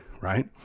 Right